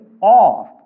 off